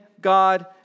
God